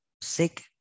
sick